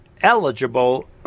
eligible